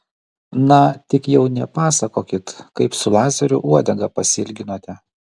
na tik jau nepasakokit kaip su lazeriu uodegą pasiilginote